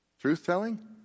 Truth-telling